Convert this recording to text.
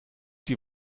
die